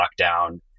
lockdown